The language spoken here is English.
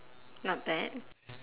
not bad